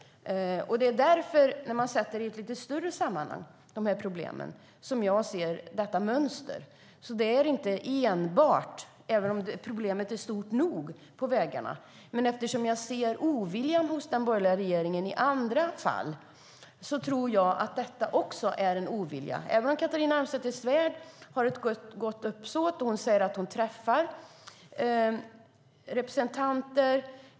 När jag sätter dessa problem i ett större sammanhang ser jag ett mönster. Problemet på vägarna är stort nog, men eftersom jag ser oviljan hos den borgerliga regeringen i andra fall tror jag att också detta handlar om ovilja även om Catharina Elmsäter-Svärd har ett gott uppsåt och säger att hon träffar representanter.